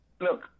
Look